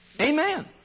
Amen